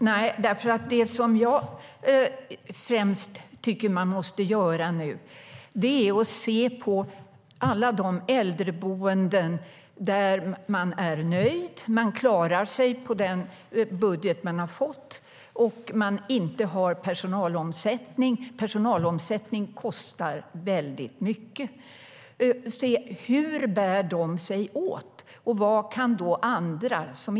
Herr talman! Nej, det känns inte konstigt. Det som nu främst måste göras är nämligen att titta på alla äldreboenden där man är nöjd, som klarar sig på den budget de har fått och inte har personalomsättning - personalomsättning kostar väldigt mycket. Vi måste titta på hur de bär sig åt och på vad andra kan lära av dem.